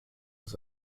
ist